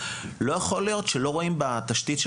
לא יכול להיות שלא רואים בתשתית של